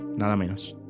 nada menos,